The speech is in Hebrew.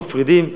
מפרידים.